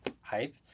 hype